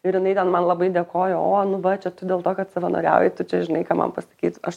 ir jinai ten man labai dėkojo o nu va čia tu dėl to kad savanoriauji tu čia žinai ką man pasakyt aš